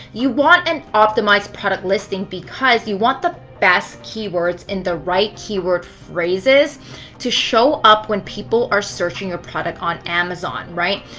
you want an optimized product listing because you want the best keywords in the right keyword phrases to show up when people are searching your product on amazon, right?